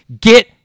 Get